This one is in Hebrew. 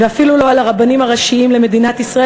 ואפילו לא על הרבנים הראשיים למדינת ישראל